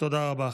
תודה רבה.